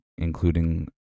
Including